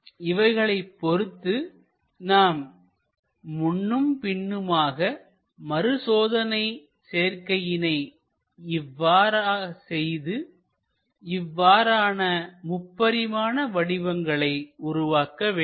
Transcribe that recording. இவைகளைப் பொறுத்து நாம் முன்னும் பின்னுமான மறுசோதனை சேர்க்கையினை செய்து இவ்வாறான முப்பரிமான வடிவங்களை உருவாக்க வேண்டும்